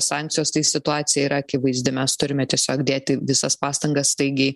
sankcijos tai situacija yra akivaizdi mes turime tiesiog dėti visas pastangas staigiai